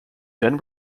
then